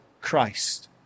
Christ